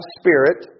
spirit